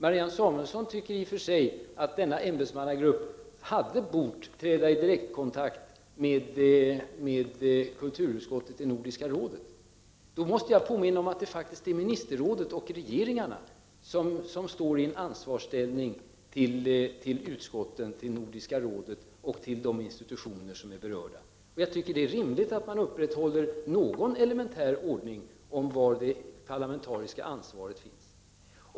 Marianne Samuelsson tycker i och för sig att denna ämbetsmannagrupp hade bort träda i direkt kontakt med kulturutskottet i Nordiska rådet. Då måste jag påminna om att det faktiskt är ministerrådet och regeringarna som står i ansvarsställning till utskottet, Nordiska rådet och de institutioner som är berörda. Jag tycker att det är rimligt att man upprätthåller någon elementär ordning om var det parlamentariska ansvaret finns.